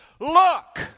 look